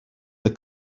the